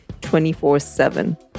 24-7